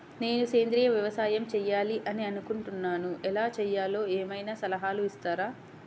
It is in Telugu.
నేను సేంద్రియ వ్యవసాయం చేయాలి అని అనుకుంటున్నాను, ఎలా చేయాలో ఏమయినా సలహాలు ఇస్తారా?